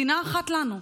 מדינה אחת לנו.